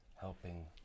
helping